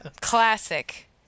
classic